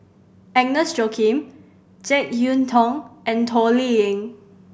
Agnes Joaquim Jek Yeun Thong and Toh Liying